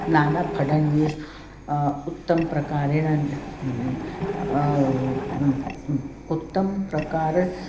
नानाफडनवीस् उत्तमः प्रकारेण उत्तमः प्रकारः